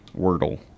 wordle